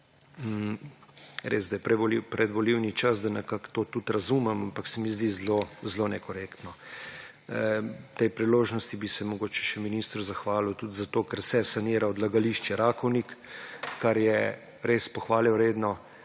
Res, da je predvolilni čas, to tudi razumem, ampak se mi zdi zelo nekorektno. Ob tej priložnosti bi se mogoče še ministru zahvalil tudi za to, ker se sanira odlagališče Rakovnik, kar je res pohvale vredno.